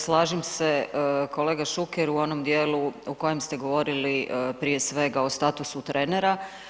Slažem se, kolega Šuker u onom dijelu u kojem ste govorili, prije svega, o statusu trenera.